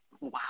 Wow